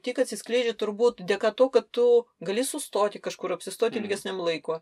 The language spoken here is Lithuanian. tik atsiskleidžia turbūt dėka to kad tu gali sustoti kažkur apsistoti ilgesniam laiko